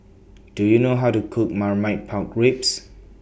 Do YOU know How to Cook Marmite Pork Ribs